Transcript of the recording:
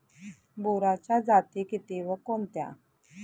बोराच्या जाती किती व कोणत्या?